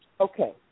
okay